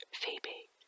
Phoebe